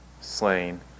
slain